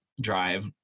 drive